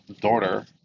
daughter